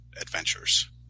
adventures